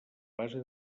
base